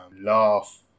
Laugh